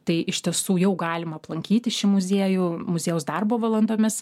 tai iš tiesų jau galima aplankyti šį muziejų muziejaus darbo valandomis